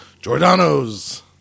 Giordano's